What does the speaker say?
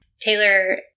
Taylor